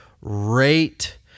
rate